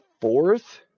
fourth